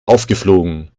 aufgeflogen